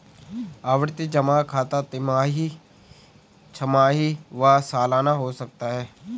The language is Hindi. आवर्ती जमा खाता तिमाही, छमाही व सलाना हो सकता है